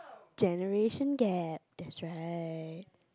generation gap that's right